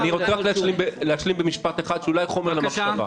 אני רוצה רק להשלים במשפט אחד אולי חומר למחשבה.